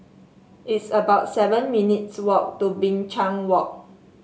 it's about seven minutes' walk to Binchang Walk